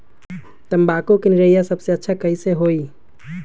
तम्बाकू के निरैया सबसे अच्छा कई से होई?